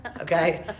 okay